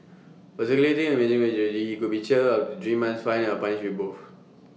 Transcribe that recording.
for circulating obscene imagery he could be jailed up to three months fined or punished with both